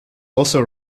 also